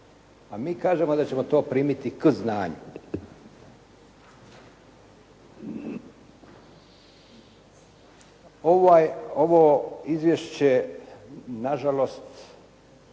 a mi kažemo da ćemo to primiti k znanju. Ovo izvješće na žalost